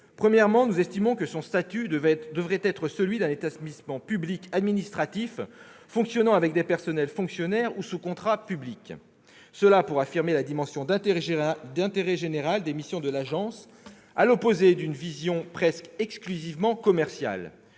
Premièrement, nous estimons que son statut devrait être celui d'un établissement public administratif fonctionnant avec des personnels fonctionnaires ou sous contrat public, afin d'affirmer la dimension d'intérêt général des missions de l'agence, à l'opposé d'une vision presque exclusivement commerciale.